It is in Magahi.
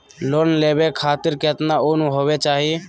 लोन लेवे खातिर केतना उम्र होवे चाही?